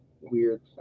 weird